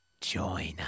Join